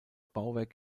bauwerk